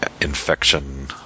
Infection